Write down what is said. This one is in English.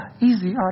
easy